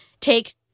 take